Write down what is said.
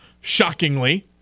shockingly